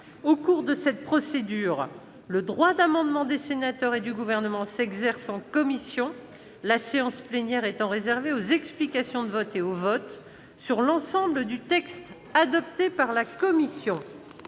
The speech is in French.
Au cours de cette procédure, le droit d'amendement des sénateurs et du Gouvernement s'exerce en commission, la séance plénière étant réservée aux explications de vote et au vote sur l'ensemble du texte adopté par la commission.